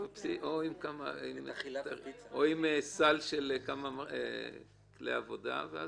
או עם סל של כמה כלי עבודה.